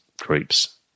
groups